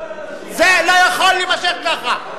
זה לא יכול להימשך ככה,